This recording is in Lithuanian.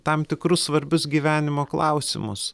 tam tikrus svarbius gyvenimo klausimus